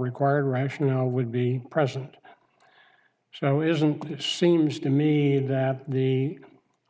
required rationale would be present so isn't seems to me that the